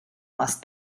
mast